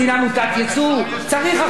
צריך עכשיו לעשות אחת מהשתיים,